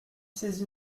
saisi